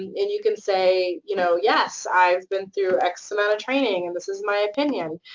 and you can say, you know, yes. i've been through x amount of training, and this is my opinion.